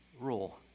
rule